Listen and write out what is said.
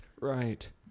Right